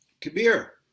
Kabir